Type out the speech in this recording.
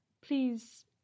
Please